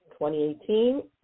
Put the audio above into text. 2018